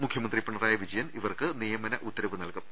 മുഖ്യമന്ത്രി പിണറായി വിജയൻ ഇവർക്ക് നിയ മന ഉത്തരവ് നൽകും